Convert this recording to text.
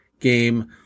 game